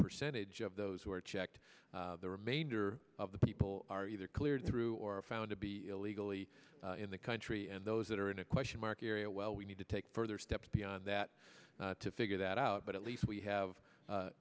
percentage of those who are checked the remainder of the people are either cleared through or found to be illegally in the country and those that are in a question mark area well we need to take further steps beyond that to figure that out but at least we have